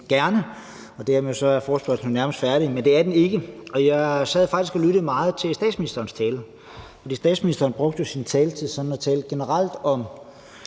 gerne. Dermed er forespørgslen jo nærmest færdig, men det er den ikke. Jeg sad faktisk og lyttede meget til statsministerens tale. Statsministeren brugte sin taletid til sådan at tale generelt om